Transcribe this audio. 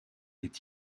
est